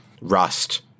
Rust